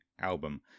album